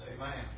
Amen